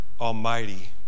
Almighty